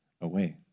away